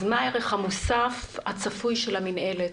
אז מה הערך המוסף הצפוי של המינהלת?